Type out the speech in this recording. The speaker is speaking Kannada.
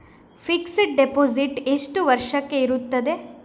ಫಿಕ್ಸೆಡ್ ಡೆಪೋಸಿಟ್ ಎಷ್ಟು ವರ್ಷಕ್ಕೆ ಇರುತ್ತದೆ?